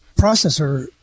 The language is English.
processor